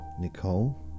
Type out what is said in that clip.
Nicole